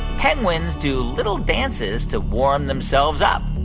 penguins do little dances to warm themselves up?